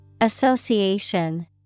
Association